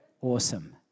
Awesome